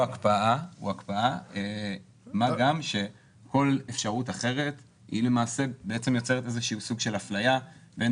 מה גם שכל אפשרות אחרת היא למעשה יוצרת איזה שהוא סוג של אפליה בין